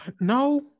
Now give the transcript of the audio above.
No